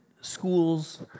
schools